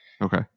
Okay